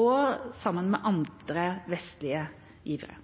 og sammen med andre vestlige givere.